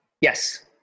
Yes